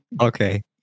okay